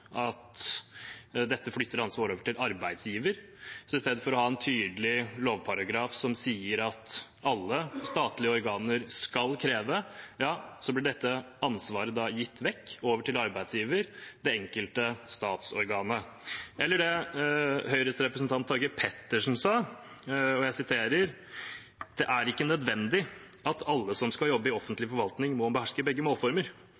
at dette flytter ansvaret over til arbeidsgiver. Så i stedet for å ha en tydelig lovparagraf som sier at alle statlige organer skal kreve skrivekompetanse, blir dette ansvaret flyttet over til arbeidsgiver, det enkelte statsorganet. Høyres representant Tage Pettersen har sagt det slik: «Men det er ikke nødvendig at alle som skal jobbe i offentlig forvaltning, må beherske begge målformer».